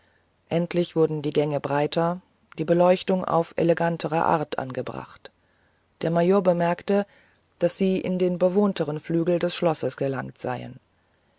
endlich wurden die gänge breiter die beleuchtung auf elegantere art angebracht der major bemerkte daß sie in den bewohnteren flügel des schlosses gelangt seien